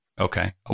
Okay